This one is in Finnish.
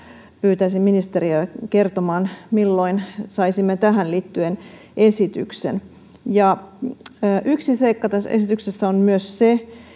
pyytäisin ministeriä kertomaan milloin saisimme tähän liittyen esityksen yksi seikka tässä esityksessä on myös se